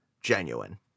genuine